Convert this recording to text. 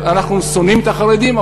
אנחנו שונאים את החרדים,